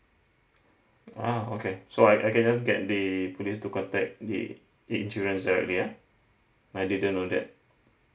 ah okay so I I can just get the police to contact the insurance directly ya I didn't know that